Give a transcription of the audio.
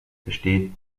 besteht